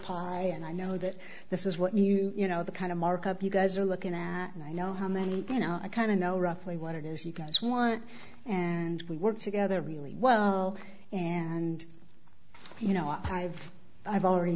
and i know that this is what new you know the kind of markup you guys are looking at and i know how many you know i kind of know roughly what it is you guys want and we work together really well and you know i have i've already